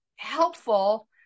helpful